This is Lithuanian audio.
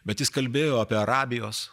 bet jis kalbėjo apie arabijos